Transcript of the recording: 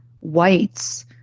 whites